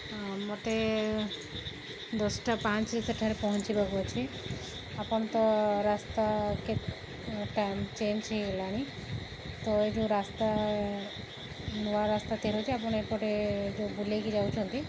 ମୋତେ ଦଶଟା ପାଞ୍ଚରେ ସେଠାରେ ପହଞ୍ଚିବାକୁ ଅଛି ଆପଣ ତ ରାସ୍ତା କେତେ ଟାଇମ୍ ଚେଞ୍ଜ୍ ହୋଇଗଲାଣି ତ ଏଇ ଯେଉଁ ରାସ୍ତା ନୂଆ ରାସ୍ତା ତିଆରି ହେଉଛି ଆପଣ ଏପଟେ ଯେଉଁ ବୁଲେଇକି ଯାଉଛନ୍ତି